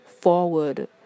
forward